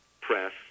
press